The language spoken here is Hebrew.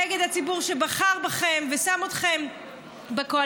נגד הציבור שבחר בכם ושם אתכם בקואליציה